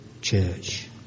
church